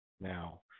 now